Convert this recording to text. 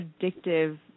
addictive